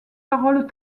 paroles